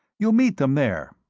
you'll meet them there.